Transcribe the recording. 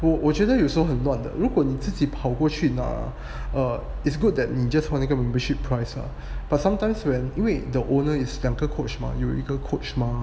我我觉得有时候很乱的如果你自己跑过去拿 err it's good that you just 还那个 membership price ah but sometimes when 因为 the owner is 两个 coach 吗有一个 coach 吗